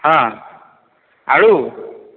ହଁ ଆଳୁ